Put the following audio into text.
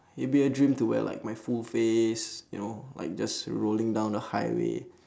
it'll be a dream to wear like my full face you know like just rolling down the highway